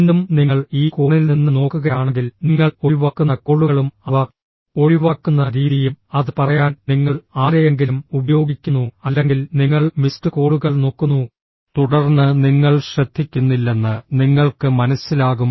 വീണ്ടും നിങ്ങൾ ഈ കോണിൽ നിന്ന് നോക്കുകയാണെങ്കിൽ നിങ്ങൾ ഒഴിവാക്കുന്ന കോളുകളും അവ ഒഴിവാക്കുന്ന രീതിയും അത് പറയാൻ നിങ്ങൾ ആരെയെങ്കിലും ഉപയോഗിക്കുന്നു അല്ലെങ്കിൽ നിങ്ങൾ മിസ്ഡ് കോളുകൾ നോക്കുന്നു തുടർന്ന് നിങ്ങൾ ശ്രദ്ധിക്കുന്നില്ലെന്ന് നിങ്ങൾക്ക് മനസ്സിലാകും